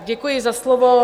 Děkuji za slovo.